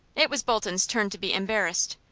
it was bolton's turn to be embarrassed.